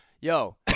Yo